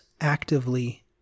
actively